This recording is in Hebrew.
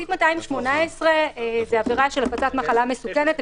סעיף 218 זה עבירה של הפצת מחלה מסוכנת.